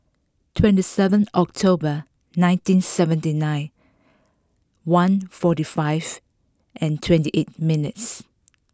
twenty seven October nineteen seventy nine one forty five and twenty eight minutes